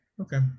Okay